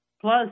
plus